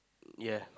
yeah